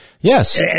Yes